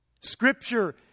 Scripture